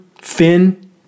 Finn